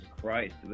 Christ